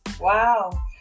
Wow